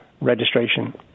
registration